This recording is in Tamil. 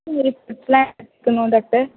இருக்கணும் டாக்டர்